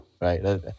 right